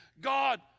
God